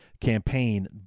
campaign